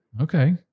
Okay